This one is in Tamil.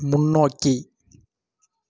முன்னோக்கி